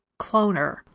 cloner